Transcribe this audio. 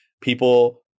people